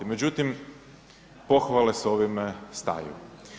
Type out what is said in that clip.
Međutim, pohvale s ovime staju.